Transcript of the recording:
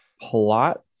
plot